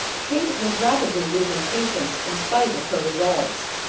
kate was rapidly losing patience in spite of her resolves.